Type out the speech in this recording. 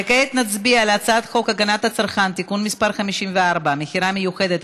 וכעת נצביע על הצעת חוק הגנת הצרכן (תיקון מס' 54) (מכירה מיוחדת),